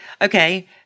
okay